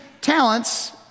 talents